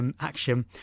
Action